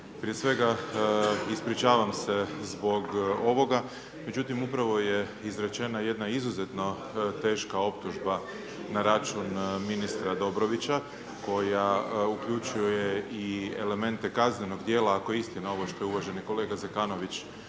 Prije svega ispričavam se zbog ovoga, međutim upravo je izrečena jedna izuzetno teška optužba na račun ministra Dobrovića koja uključuje i elemente kaznenog djela ako je istina ovo što je uvaženi kolega Zekanović